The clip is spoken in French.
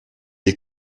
est